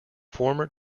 former